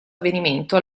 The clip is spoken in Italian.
avvenimento